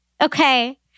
Okay